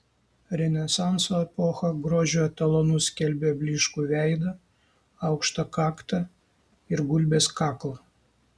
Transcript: renesanso epocha grožio etalonu skelbė blyškų veidą aukštą kaktą ir gulbės kaklą